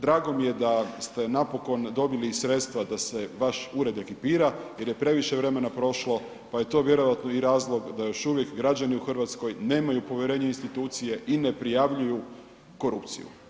Drago mi je da ste napokon dobili sredstva da se vaš Ured ekipira jer je previše se vremena prošlo pa je to vjerojatno i razlog da još uvijek građani u Hrvatskoj nemaju povjerenje u institucije i ne prijavljuju korupciju.